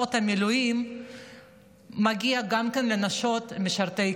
המילואים מגיע גם לנשות משרתי הקבע,